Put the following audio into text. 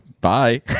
Bye